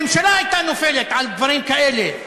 ממשלה הייתה נופלת על דברים כאלה.